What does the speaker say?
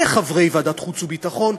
כחברי ועדת חוץ וביטחון,